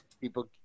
people